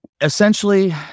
essentially